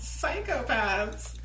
psychopaths